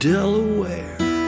Delaware